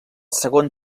segon